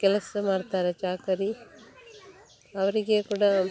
ಕೆಲಸ ಮಾಡ್ತಾರೆ ಚಾಕರಿ ಅವರಿಗೆ ಕೂಡ